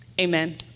Amen